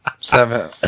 Seven